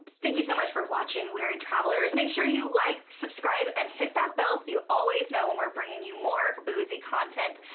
thank you so much for watching, weary travelers. make sure you like, subscribe, and hit that bell so you always know when we're bringing you more boozy content.